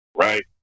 right